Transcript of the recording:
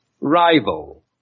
rival